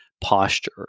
posture